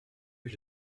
eut